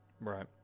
right